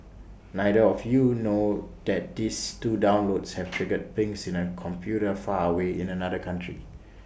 neither of you know that these two downloads have triggered pings in A computer far away in another country